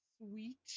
sweet